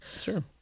Sure